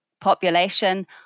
population